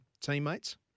teammates